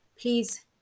please